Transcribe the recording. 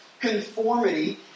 conformity